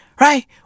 Right